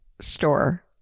store